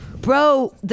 bro